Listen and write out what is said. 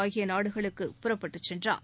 ஆகிய நாடுகளுக்கு புறப்பட்டு சென்றார்